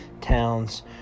Towns